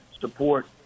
support